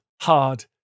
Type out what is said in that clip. hard